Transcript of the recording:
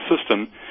system